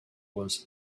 was